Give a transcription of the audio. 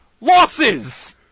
losses